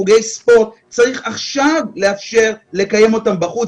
חוגי ספורט צריך עכשיו לאפשר לקיים אותם בחוץ.